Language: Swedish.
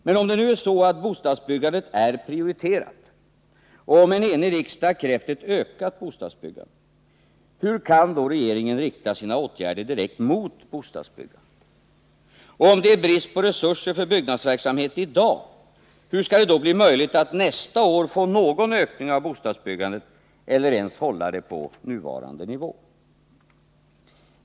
Men om bostadsbyggandet är prioriterat och om en enig riksdag har krävt ett ökat bostadsbyggande, hur kan då regeringen rikta sina åtgärder direkt mot bostadsbyggandet? Om det är brist på resurser för byggnadsverksamheten i dag, hur skall det då bli möjligt att nästa år få någon ökning av bostadsbyggandet eller ens hålla det på nuvarande nivå?